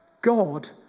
God